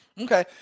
Okay